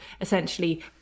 essentially